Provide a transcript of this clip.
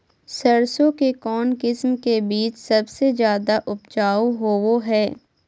सरसों के कौन किस्म के बीच सबसे ज्यादा उपजाऊ होबो हय?